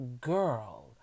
girl